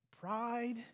Pride